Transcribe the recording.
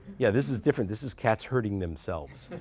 yeah, this is different. this is cats herding themselves.